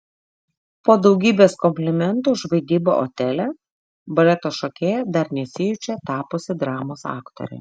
po daugybės komplimentų už vaidybą otele baleto šokėja dar nesijaučia tapusi dramos aktore